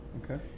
Okay